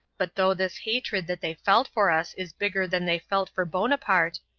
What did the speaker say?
but though this hatred that they felt for us is bigger than they felt for bonaparte,